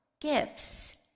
Gifts